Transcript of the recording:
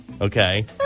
okay